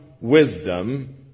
wisdom